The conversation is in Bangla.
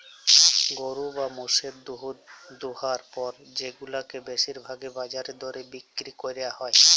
গরু বা মোষের দুহুদ দুয়ালর পর সেগুলাকে বেশির ভাগই বাজার দরে বিক্কিরি ক্যরা হ্যয়